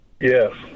Yes